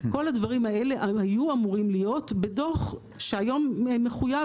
כל הדברים האלה היו אמורים להיות בדוח שהיום מחויב